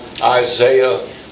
Isaiah